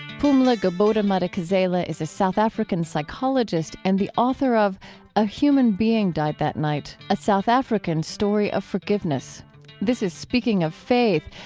pumla gobodo-madikizela is a south african psychologist and the author of a human being died that night a south african story of forgiveness this is speaking of faith.